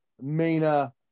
Mina